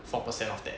four percent of that